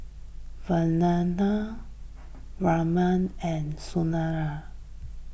Vandana Ramdev and Sunderlal